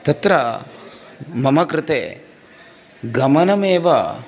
तत्र मम कृते गमनमेव